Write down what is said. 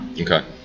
okay